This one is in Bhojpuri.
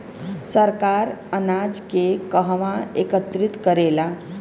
सरकार अनाज के कहवा एकत्रित करेला?